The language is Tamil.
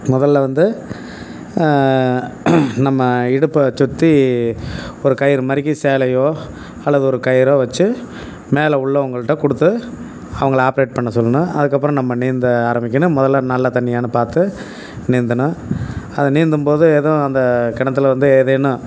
முதல்ல வந்து நம்ம இடுப்பை சுற்றி ஒரு கயிறு மாதிரிக்கி சேலையோ அல்லது ஒரு கயிறோ வச்சி மேலே உள்ளவங்ககிட்ட கொடுத்து அவங்கள ஆப்ரேட் பண்ண சொல்லணும் அதுக்கப்பறம் நம்ம நீந்த ஆரம்பிக்கணும் முதல்ல நல்ல தண்ணியான்னு பார்த்து நீந்தணும் அது நீந்தும் போது எதுவும் அந்தக் கிணத்துல வந்து ஏதேனும்